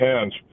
hands